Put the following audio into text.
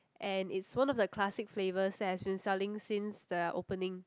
and it's one of the classic flavours that has been selling since the opening